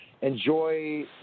enjoy